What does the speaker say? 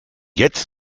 jetzt